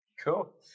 Cool